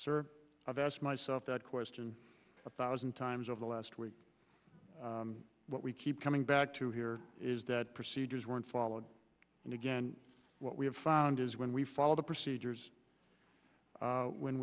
sir i've asked myself that question a thousand times over the last week what we keep coming back to here is that procedures weren't followed and again what we have found is when we follow the procedures when